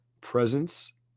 presence